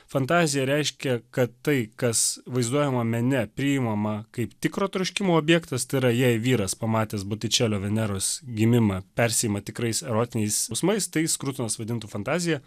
fantazija reiškia kad tai kas vaizduojama mene priimama kaip tikro troškimo objektas tai yra jei vyras pamatęs botičelio veneros gimimą persiima tikrais erotiniais jausmais tai skrutonas vadintų fantazija